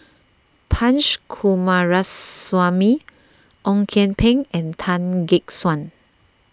Punch Coomaraswamy Ong Kian Peng and Tan Gek Suan